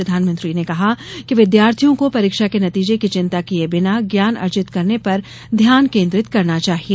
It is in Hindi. प्रधानमंत्री ने कहा कि विद्यार्थियों को परीक्षा के नतीजे की चिंता किये बिना ज्ञान अर्जित करने पर ध्यान केन्द्रित करना चाहिए